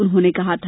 उन्होंने कहा था